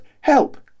Help